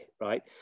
right